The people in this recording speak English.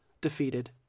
defeated